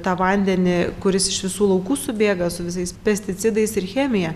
tą vandenį kuris iš visų laukų subėga su visais pesticidais ir chemija